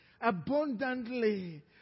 abundantly